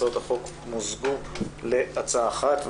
הצעות החוק מוזגו להצעה אחת.